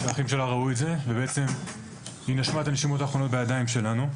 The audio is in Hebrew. האחים שלה ראו את זה ובעצם היא נשמה את הנשימות האחרונות בידיים שלנו.